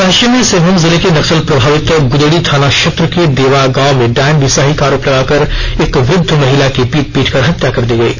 पश्चिमी सिंहभूम जिले के नक्सल प्रभावित गुदड़ी थाना क्षेत्र के देवां गाँव में डायन बिसाही का आरोप लगाकर एक वृद्ध महिला की पीट पीटकर हत्या कर दी गयी